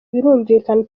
birumvikana